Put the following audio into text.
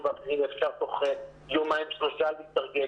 ואחרים אפשר תוך יומיים-שלושה להתארגן.